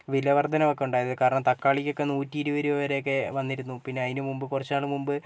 വിലവർദ്ധനവൊക്കെ ഉണ്ടായത് കാരണം തക്കാളിക്കൊക്കെ നൂറ്റിഇരുപയിരൂപവരെയൊക്കെ വന്നിരുന്നു പിന്നെ അതിന് മുമ്പ് കുറച്ചുനാൾ മുമ്പ്